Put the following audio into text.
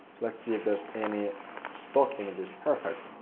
let's see if there's any stock images, perfect.